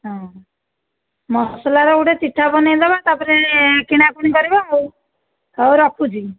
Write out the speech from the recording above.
ହଁ ମସଲାର ଗୋଟେ ଚିଠା ବନେଇଦେବା ତା'ପରେ କିଣା କିଣି କରିବା ଆଉ ହଉ ରଖୁଛି